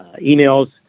emails